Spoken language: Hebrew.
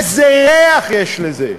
איזה ריח יש לזה?